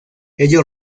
ello